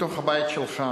בתוך הבית שלך